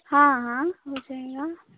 हाँ हाँ हो जायेगा